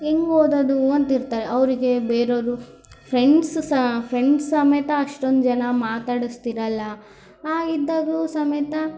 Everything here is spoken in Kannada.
ಹೆಂಗೆ ಓದೋದು ಅಂತಿರ್ತಾರೆ ಅವರಿಗೆ ಬೇರೆವ್ರು ಫ್ರೆಂಡ್ಸ್ ಸಹ ಫ್ರೆಂಡ್ಸ್ ಸಮೇತ ಅಷ್ಟೊಂದು ಜನ ಮಾತಾಡಿಸ್ತಿರಲ್ಲ ಹಾಗಿದ್ದಾಗಲೂ ಸಮೇತ